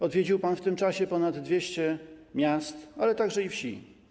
Odwiedził pan w tym czasie ponad 200 miast, ale także i wsi.